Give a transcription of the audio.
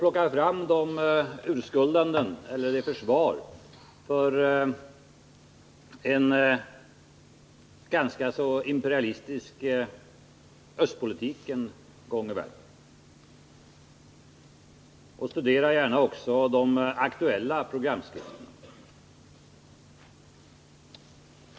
Plocka fram det urskuldande försvaret för den imperialistiska östpolitiken. Studera f. ö. också de aktuella programskrivningarna!